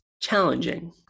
challenging